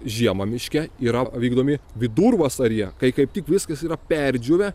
žiemą miške yra vykdomi vidurvasaryje kai kaip tik viskas yra perdžiūvę